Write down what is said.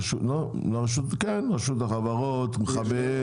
מכבי אש,